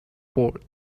board